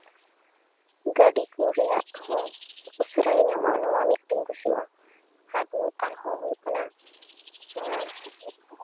ᱜᱟᱹᱰᱤ ᱠᱚ ᱨᱮᱭᱟᱜ ᱦᱚᱸ ᱩᱥᱟᱹᱨᱟ ᱜᱮ ᱧᱟᱢᱚᱜᱼᱟ ᱱᱚᱣᱟ ᱢᱤᱫ ᱴᱟᱧ ᱠᱩᱥᱤᱭᱟᱜᱼᱟ ᱟᱨᱦᱚᱸ ᱦᱩᱭᱩᱜ ᱠᱟᱱᱟ